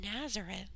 Nazareth